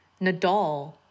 Nadal